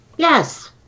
Yes